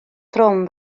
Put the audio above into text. trwm